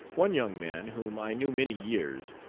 one young man, whom i knew many years,